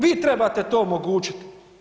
Vi trebate to omogućiti.